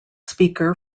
speaker